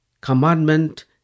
Commandment